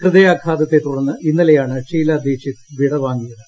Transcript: ഹൃദയാഘാതത്തെ തുടർന്ന് ഇന്നലെയാണ് ഷീലാ ദീക്ഷിത് വിടവാങ്ങിയത്